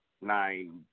nine